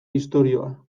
istorioa